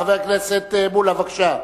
חבר הכנסת מולה, בבקשה.